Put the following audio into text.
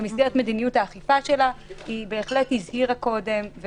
במסגרת מדיניות האכיפה שלה היא בהחלט הזהירה קודם.